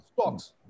stocks